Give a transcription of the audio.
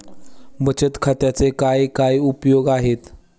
बचत खात्याचे काय काय उपयोग आहेत?